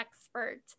expert